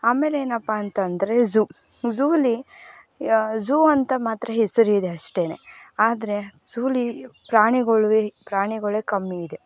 ಆಮೇಲೆ ಏನಪ್ಪಾ ಅಂತಂದರೆ ಝೂ ಝೂಲಿ ಝೂ ಅಂತ ಮಾತ್ರ ಹೆಸ್ರು ಇದೆ ಅಷ್ಟೇ ಆದರೆ ಝೂಲಿ ಪ್ರಾಣಿಗಳು ವೆರಿ ಪ್ರಾಣಿಗಳೇ ಕಮ್ಮಿ ಇದೆ